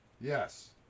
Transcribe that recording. Yes